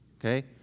Okay